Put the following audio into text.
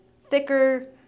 thicker